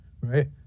right